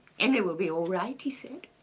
henry will be all right he said.